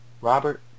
Robert